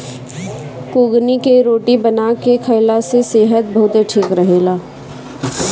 कुगनी के रोटी बना के खाईला से सेहत बहुते ठीक रहेला